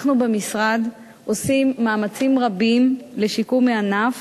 אנחנו במשרד עושים מאמצים רבים לשיקום הענף